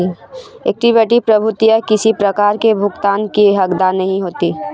equity प्रभूतियाँ किसी प्रकार की भुगतान की हकदार नहीं होती